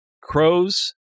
crows